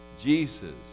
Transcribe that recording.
Jesus